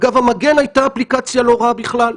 אגב, המגן הייתה אפליקציה לא רעה בכלל.